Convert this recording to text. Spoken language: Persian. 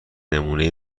نمونهی